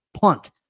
punt